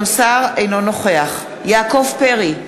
אינו נוכח יעקב פרי,